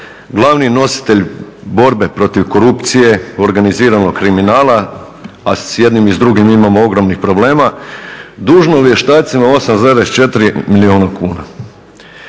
glavni nositelj borbe protiv korupcije, organiziranog kriminala, a s jednim i s drugim imamo ogromnih problema, dužno vještacima 8,4 milijuna kuna.